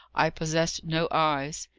i possessed no eyes.